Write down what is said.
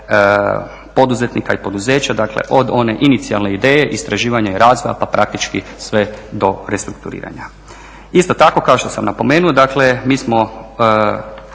poduzetnika i poduzeća, dakle od one inicijalne ideje istraživanja i razvoja pa praktički sve do restrukturiranja. Isto tako kao što sam napomenuo, dakle mi smo